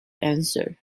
answer